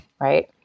right